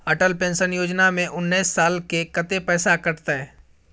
Atal pension योजना में उनैस साल के कत्ते पैसा कटते?